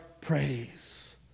praise